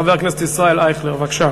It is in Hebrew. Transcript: חבר הכנסת ישראל אייכלר, בבקשה.